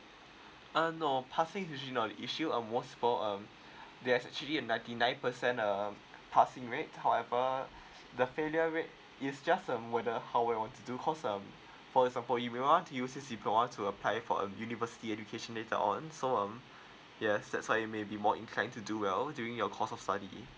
uh no passing usually not an issue uh most for um there's actually a ninety nine percent uh passing rate however the failure rate is just um wether how well want to do cause um for example if you want to use this diploma to apply for a university education later on so on yes that's why you maybe more inclined to do well during your course of study